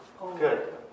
Good